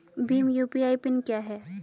Bhim UPI PIN क्या है?